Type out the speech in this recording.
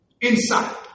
Inside